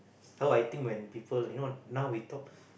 so I think when people you know now we talk